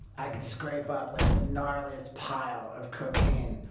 i could scrape up like the gnarliest pile of cocaine.